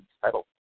title